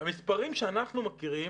במספרים שאנחנו מכירים,